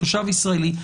תושב ישראלי,